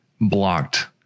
blocked